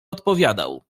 odpowiadał